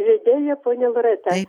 vedėja ponia loreta